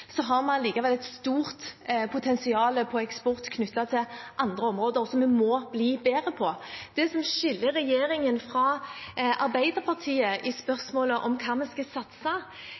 så har vi allikevel et stort potensial når det gjelder eksport knyttet til andre områder som vi må bli bedre på. Det som skiller regjeringen fra Arbeiderpartiet i spørsmålet om hva vi skal satse